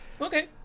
okay